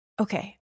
Okay